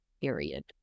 period